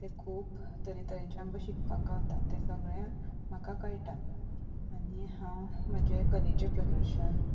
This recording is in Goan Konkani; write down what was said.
ते खूब तरे तरेचे आमकां शिकपाक गावता ते सगळे म्हाका कळटा आनी हांव म्हजे कलेचे प्रदर्शन